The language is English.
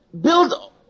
build